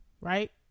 right